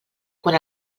quan